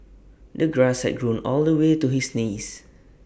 the grass had grown all the way to his knees